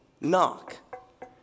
knock